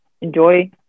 enjoy